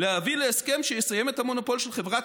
"להביא להסכם שיסיים את המונופול של חברת